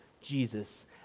Jesus